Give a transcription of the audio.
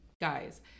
guys